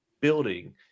building